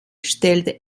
stellte